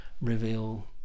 reveal